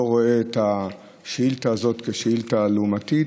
רואה את השאילתה הזאת כשאילתה לעומתית,